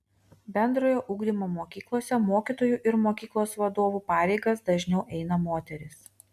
bendrojo ugdymo mokyklose mokytojų ir mokyklos vadovų pareigas dažniau eina moterys